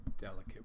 delicate